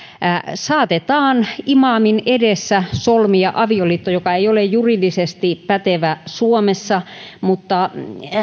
saatetaan imaamin edessä solmia avioliitto joka ei ole juridisesti pätevä suomessa mutta